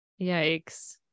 Yikes